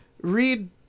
read